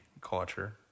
culture